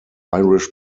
irish